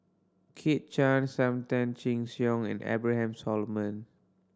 Kit Chan Sam Tan Chin Siong and Abraham Solomon